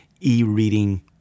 e-reading